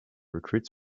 recruits